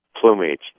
plumage